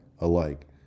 alike